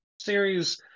series